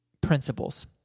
principles